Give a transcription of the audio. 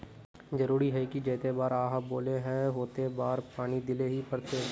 जरूरी है की जयते बार आहाँ बोले है होते बार पानी देल ही पड़ते?